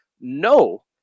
no